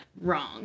wrong